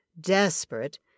desperate